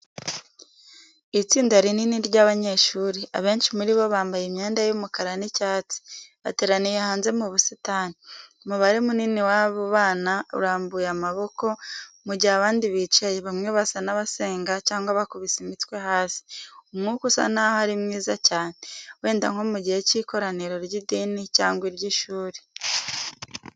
Itsinda rinini ry'abanyeshuri, abenshi muri bo bambaye imyenda y'umukara n'icyatsi, bateraniye hanze mu busitani. Umubare munini w'abo bana urambuye amaboko, mu gihe abandi bicaye, bamwe basa n'abasenga cyangwa bakubise imitwe hasi. Umwuka usa naho ari mwiza cyane, wenda nko mu gihe cy'ikoraniro ry'idini cyangwa iry'ishuri.